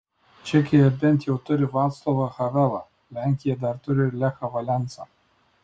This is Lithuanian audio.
čekija bent jau turi vaclovą havelą lenkija dar turi lechą valensą